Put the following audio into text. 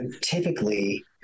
typically